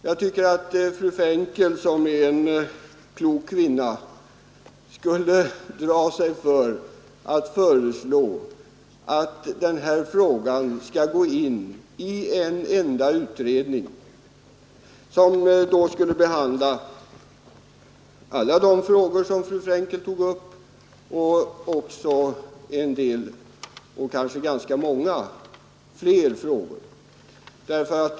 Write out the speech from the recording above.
Jag tycker att fru Frenkel, som är en klok kvinna, skulle dra sig för att föreslå att den här frågan skall gå in i en enda utredning, som då skulle behandla alla de frågor som fru Frankel tog upp och även en del, kanske ganska många, andra frågor.